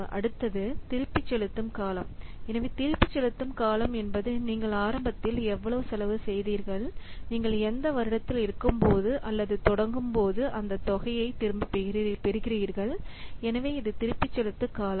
அடுத்தது திருப்பிச் செலுத்தும் காலம் திருப்பிச் செலுத்தும் காலம் என்பது நீங்கள் ஆரம்பத்தில் எவ்வளவு செலவு செய்தீர்கள் நீங்கள் எந்த வருடத்தில் இருக்கும்போது தொடங்கும்போது அந்தத் தொகையைத் திரும்பப் பெறுகிறீர்கள் அது திருப்பிச் செலுத்தும் காலம்